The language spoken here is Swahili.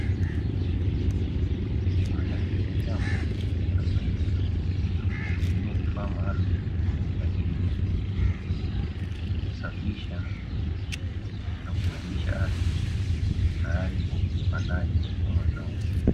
Maandalizi ya shamba yanafanyika kwa kutumia vifaa maalumu vya kilimo ikisafisha na kulainisha ardhi tayari kwa upandaji wa mazao.